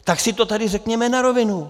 Tak si to tady řekněme na rovinu.